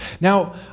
Now